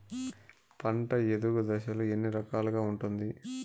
పంట ఎదుగు దశలు ఎన్ని రకాలుగా ఉంటుంది?